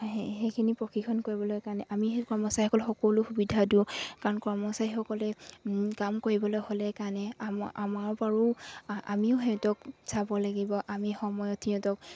সেইখিনি প্ৰশিক্ষণ কৰিবলৈ কাৰণে আমি সেই কৰ্মচাৰীসকলক সকলো সুবিধা দিওঁ কাৰণ কৰ্মচাৰীসকলে কাম কৰিবলৈ হ'লে কাৰণে আমাৰ বাৰু আমিও সিহঁতক চাব লাগিব আমি সময়ত সিহঁতক